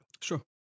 Sure